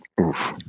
oof